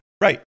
Right